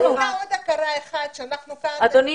אדוני,